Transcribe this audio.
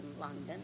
London